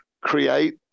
create